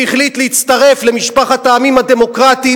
שהחליט להצטרף למשפחת העמים הדמוקרטיים